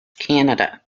canada